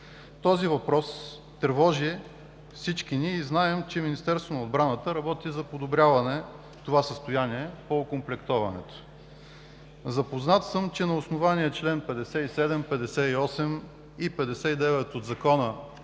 Този въпрос тревожи всички ни и знаем, че Министерството на отбраната работи за подобряване на състоянието по окомплектоването. Запознат съм, че на основание чл. 57, чл. 58 и чл. 59 от Закона